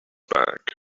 bag